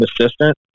assistant